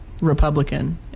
Republican